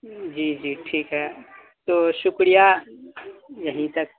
جی جی ٹھیک ہے تو شکریہ یہیں تک